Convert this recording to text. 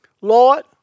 Lord